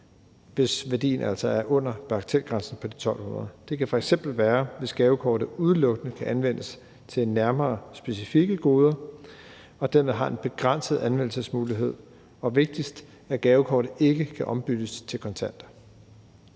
hvis værdien altså er under bagatelgrænsen på de 1.200 kr. Det kan f.eks. være, hvis gavekortet udelukkende kan anvendes til nærmere specifikke goder og dermed har en begrænset anvendelsesmulighed, og vigtigst, at gavekortet ikke kan ombyttes til kontanter.